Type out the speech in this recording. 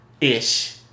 ish